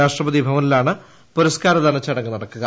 രാഷ്ട്രപതി ഭവനിലാണ് പുരസ്കാരദാന ചടങ്ങ് നടക്കുക